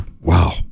wow